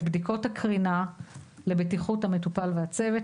בדיקות הקרינה לבטיחות המטופל והצוות,